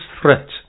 threat